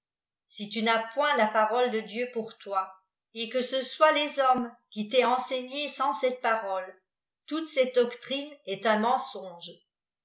si tu n'as point la parole de dieu'ipùr toi et que bé ileiil èfs hommes qui t'aient enseigné sabs cette pirble toute bette doctrine est un mensonge